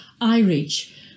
iReach